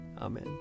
Amen